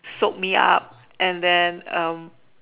soap me up and then um